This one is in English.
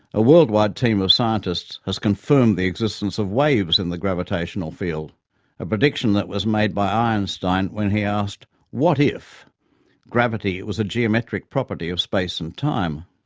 a world-wide team of scientists has confirmed the existence of waves in the gravitational field a prediction that was made by einstein when he asked what if gravity was a geometric property of space and time.